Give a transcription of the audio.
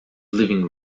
living